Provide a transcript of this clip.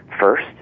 first